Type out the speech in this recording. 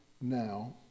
now